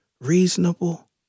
reasonable